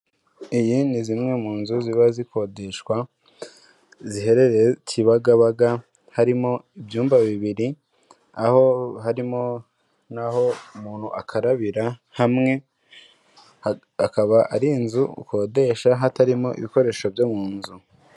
Iyi ni zimwe mu nzu ziba zikodeshwa ziherereye Kibagabaga harimo ibyumba bibiri aho harimo n'aho umuntu akarabira hamwe, akaba ari inzu ukodesha hatarimo ibikoresho byo mu nzu.